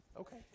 Okay